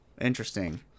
Interesting